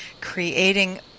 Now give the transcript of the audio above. creating